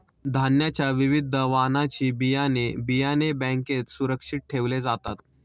धान्याच्या विविध वाणाची बियाणे, बियाणे बँकेत सुरक्षित ठेवले जातात